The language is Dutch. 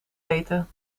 eten